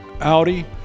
Audi